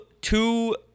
two